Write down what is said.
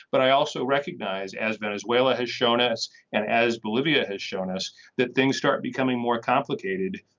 but i also recognize as venezuela has shown us and as bolivia has shown us that things start becoming more complicated.